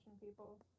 people